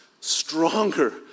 stronger